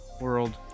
world